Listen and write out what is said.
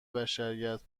بشریت